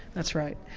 that's right.